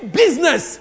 business